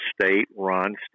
state-run